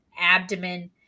abdomen